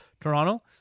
Toronto